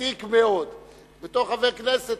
ותיק מאוד בתור חבר כנסת,